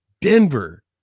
Denver